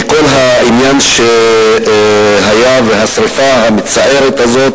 מכל העניין שהיה והשרפה המצערת הזאת